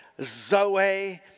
zoe